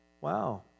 wow